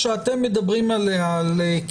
בסופו של דבר,